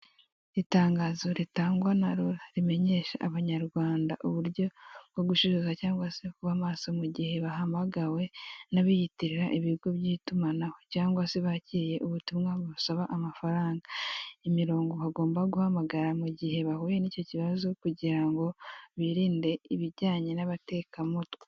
Itangazo ritangwa na rura rimenyesha abanyarwanda uburyo bwo gushishoza cyangwa se kuba maso mu gihe bahamagawe n'abiyitirira ibigo by'itumanaho cyangwa se bakiriye ubutumwa bubasaba amafaranga, imirongo bagomba guhamagara mu gihe bahuye n'icyo kibazo kugira ngo birinde ibijyanye n'abatekamutwe.